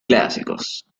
clásicos